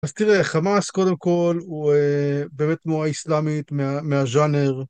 אז תראה, חמאס קודם כל הוא באמת מורה איסלאמי מהז'אנר.